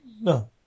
No